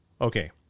Okay